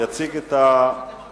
יציג את החוק